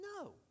No